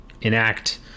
enact